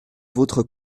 votre